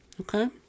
Okay